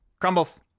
Crumbles